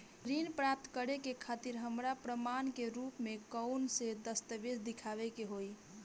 ऋण प्राप्त करे के खातिर हमरा प्रमाण के रूप में कउन से दस्तावेज़ दिखावे के होइ?